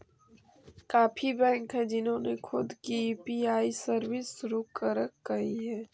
काफी बैंक हैं जिन्होंने खुद की यू.पी.आई सर्विस शुरू करकई हे